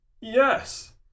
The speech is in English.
Yes